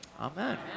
Amen